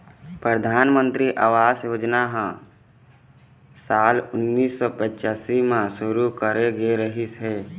परधानमंतरी आवास योजना ह साल उन्नीस सौ पच्चाइस म शुरू करे गे रिहिस हे